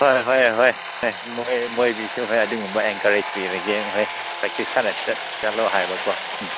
ꯍꯣꯏ ꯍꯣꯏ ꯍꯣꯏ ꯍꯣꯏ ꯃꯣꯏꯒꯤꯁꯨ ꯍꯣꯏ ꯑꯗꯨꯒꯨꯝꯕ ꯑꯦꯡꯀꯔꯦꯖ ꯄꯤꯔꯒꯦ ꯍꯣꯏ ꯄ꯭ꯔꯦꯛꯇꯤꯁ ꯈꯔ ꯆꯠꯂꯣ ꯍꯥꯏꯕꯀꯣ ꯎꯝ